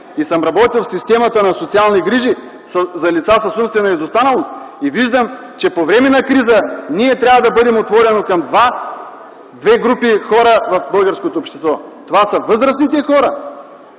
и съм работил в системата на „Социални грижи” - за лица с умствена изостаналост. Виждам, че по време на криза ние трябва да бъдем отворени към две групи хора в българското общество. Това са възрастните хора,